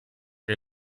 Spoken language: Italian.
che